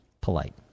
polite